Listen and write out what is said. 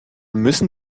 müssen